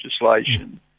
legislation